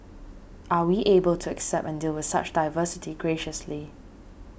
are we able to accept and deal with such diversity graciously